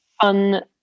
fun